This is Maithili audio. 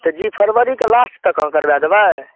तऽ जी फरवरीके लास्ट तक अहाँ करबाय देबै